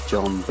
John